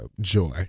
joy